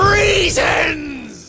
reasons